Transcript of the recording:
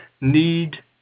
need